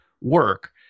work